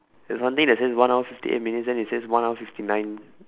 there's one thing that says one hour fifty eight minutew then it says one hour fifty nine